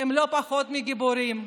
הם לא פחות מגיבורים.